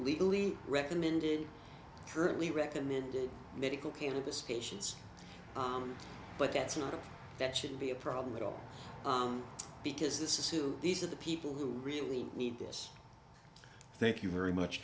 legally recommended currently recommended medical cannabis cations but that's not a that should be a problem at all because this is who these are the people who really need this thank you very much